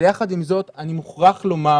יחד עם זאת, אני מוכרח לומר